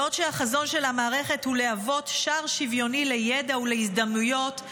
בעוד החזון של המערכת הוא להוות שער שוויוני לידע ולהזדמנויות,